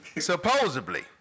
Supposedly